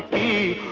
the